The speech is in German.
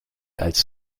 als